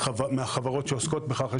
מהחברות שעוסקות בכך,